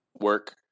work